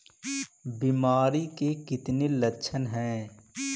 बीमारी के कितने लक्षण हैं?